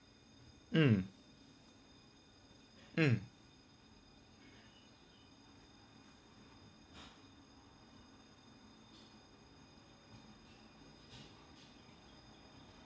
mm mm